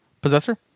Possessor